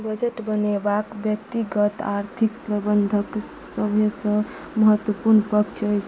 budget बनयबाक व्यक्तिगत आर्थिक प्रबन्धनक सभसँ महत्त्वपूर्ण पक्ष अछि